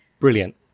Brilliant